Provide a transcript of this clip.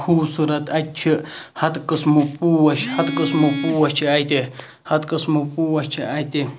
خوٗبصوٗرَت اَتہِ چھُ ہَتہٕ قٕسمہٕ پوش ہَتہٕ قٕسمہٕ پوش چھِ اَتہِ ہَتہٕ قٕسمہٕ پوش چھِ اَتہِ